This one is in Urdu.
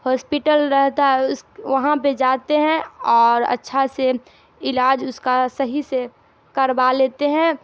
ہاسپیٹل رہتا ہے اس وہاں پہ جاتے ہیں اور اچھا سے علاج اس کا صحیح سے کروا لیتے ہیں